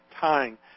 Tying